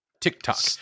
tiktok